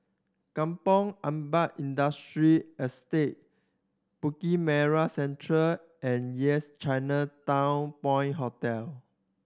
Kampong Ampat Industrial Estate Bukit Merah Central and Yes Chinatown Point Hotel